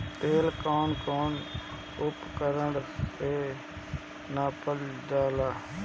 तेल कउन कउन उपकरण से नापल जाला?